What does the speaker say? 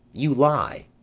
you lie.